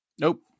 nope